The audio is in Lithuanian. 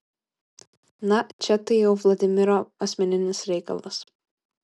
na čia tai jau vladimiro asmeninis reikalas